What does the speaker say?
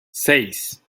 seis